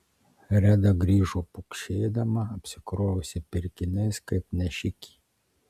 reda grįžo pukšėdama apsikrovusi pirkiniais kaip nešikė